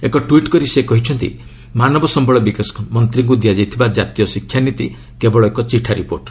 ଏକ ଟ୍ୱିଟ୍ କରି ସେ କହିଛନ୍ତି ମାନବ ସମ୍ଭଳ ବିକାଶ ମନ୍ତ୍ରୀଙ୍କୁ ଦିଆଯାଇଥିବା ଜାତୀୟ ଶିକ୍ଷାନୀତି କେବଳ ଏକ ଚିଠା ରିପୋର୍ଟ